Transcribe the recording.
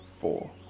four